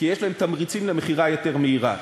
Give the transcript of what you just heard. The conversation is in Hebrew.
כי יש להם תמריצים למכירה יותר מהירה.